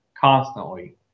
constantly